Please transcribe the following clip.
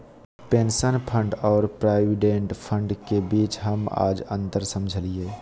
pension fund और provident fund के बीच हम आज अंतर समझलियै